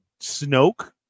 Snoke